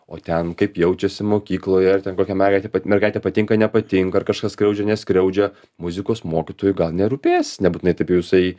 o ten kaip jaučiasi mokykloje ar ten kokia mergaitė mergaitė patinka nepatinka ar kažkas skriaudžia neskriaudžia muzikos mokytojui gal nerūpės nebūtinai taip jau jisai